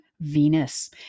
Venus